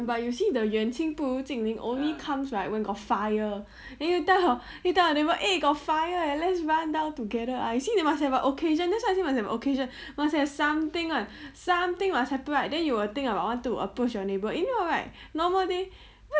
but you see the 远亲不如近理 only comes right when got fire and you tell your tell your neighbour eh got fire eh let's run down together ah see you must have an occasion that's why I say must have occasion must have something [one] something must happen right then you will think of I want to approach your neighbour you know right normal day